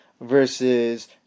versus